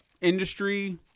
industry